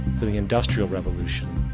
to the industrial revolution,